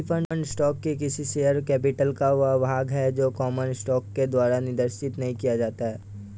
preferred stock किसी share capital का वह भाग है जो कॉमन स्टॉक के द्वारा निर्देशित नहीं किया जाता है